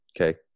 okay